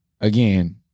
again